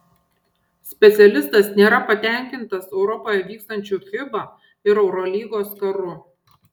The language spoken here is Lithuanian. specialistas nėra patenkintas europoje vykstančiu fiba ir eurolygos karu